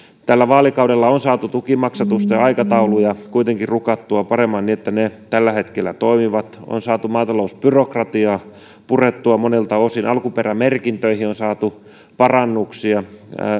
tällä vaalikaudella on saatu tukimaksatusta ja aikatauluja kuitenkin rukattua paremmin niin että ne tällä hetkellä toimivat on saatu maatalousbyrokratiaa purettua monilta osin alkuperämerkintöihin on saatu parannuksia